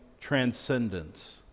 transcendence